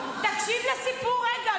תקשיב לסיפור רגע,